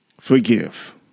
Forgive